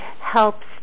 helps